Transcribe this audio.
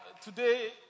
Today